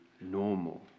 normal